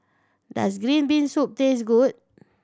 does green bean soup taste good